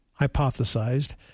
hypothesized